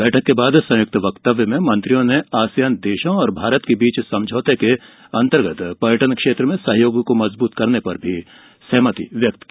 बैठक के बाद संयुक्त वक्तव्य में मंत्रियों ने आसियान देशों और भारत के बीच समझौते के अंतर्गत पर्यटन क्षेत्र में सहयोग को मजबूत करने पर सहमति व्यक्त की